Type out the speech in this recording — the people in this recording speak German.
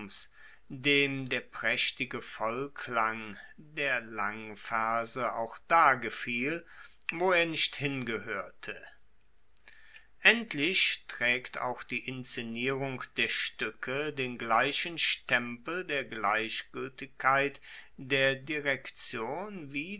dem der praechtige vollklang der langverse auch da gefiel wo er nicht hingehoerte endlich traegt auch die inszenierung der stuecke den gleichen stempel der gleichgueltigkeit der direktion wie